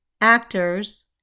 actors